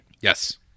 Yes